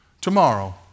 Tomorrow